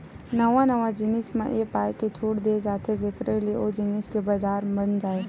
नवा नवा जिनिस म ए पाय के छूट देय जाथे जेखर ले ओ जिनिस के बजार बन जाय